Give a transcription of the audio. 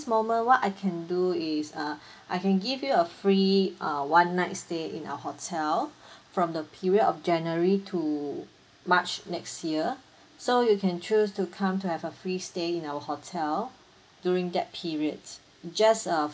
moment what I can do is uh I can give you a free uh one night stay in our hotel from the period of january to march next year so you can choose to come to have a free staying in our hotel during that period just a